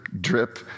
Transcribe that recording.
drip